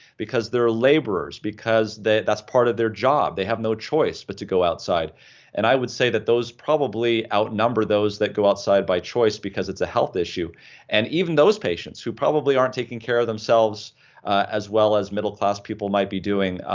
because they're laborers, because that's part of their job. they have no choice but to go outside and i would say that those probably outnumber those that go outside by choice, because it's a health issue and even those patients who probably aren't taking care of themselves as well as middle class people might be doing,